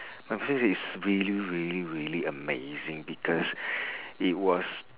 my friend say it's really really really amazing because it was